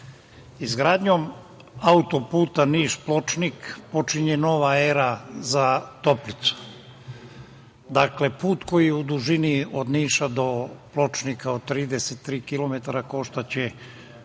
izgradnjom autoputa Niš-Pločnik počinje nova era za Toplicu. Dakle, put koji u dužini od Niša do Pločnika od 33 kilometra koštaće